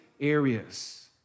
areas